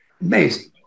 Amazing